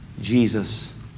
Jesus